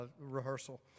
rehearsal